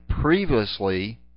previously